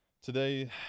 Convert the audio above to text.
Today